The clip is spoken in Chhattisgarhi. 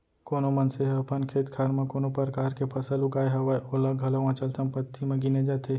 कोनो मनसे ह अपन खेत खार म कोनो परकार के फसल उगाय हवय ओला घलौ अचल संपत्ति म गिने जाथे